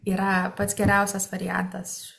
yra pats geriausias variantas